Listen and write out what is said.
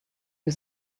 new